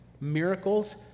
miracles